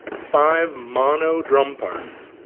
five mono drum parts,